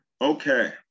Okay